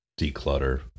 declutter